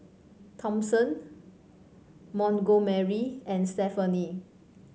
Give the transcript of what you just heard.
Thompson Montgomery and Stephani